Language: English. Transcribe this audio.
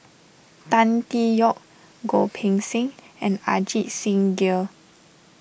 Tan Tee Yoke Goh Poh Seng and Ajit Singh Gill